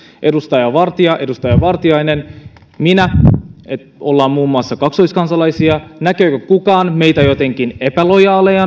edustaja vartia edustaja vartiainen ja minä muun muassa olemme kaksoiskansalaisia näkeekö kukaan meitä jotenkin epälojaaleina